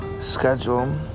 schedule